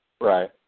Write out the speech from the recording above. Right